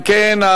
אם כן,